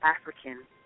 African